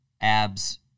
abs